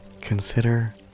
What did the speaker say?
consider